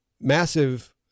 massive